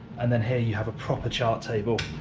and then here you have a proper chart table,